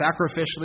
sacrificially